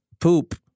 poop